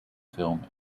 filming